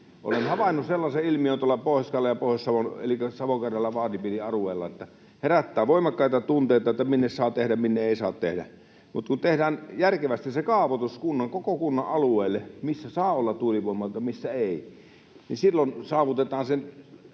Olen havainnut sellaisen ilmiön tuolla Pohjois-Karjalan ja Pohjois-Savon elikkä Savo-Karjalan vaalipiirin alueella, että se herättää voimakkaita tunteita, minne saa tehdä, minne ei saa tehdä, mutta kun tehdään järkevästi koko kunnan alueelle se kaavoitus, missä saa olla tuulivoimaloita, missä ei, niin silloin saavutetaan se.